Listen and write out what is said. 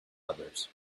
others